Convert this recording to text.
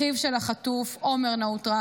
אחיו של החטוף עומר נאוטרה,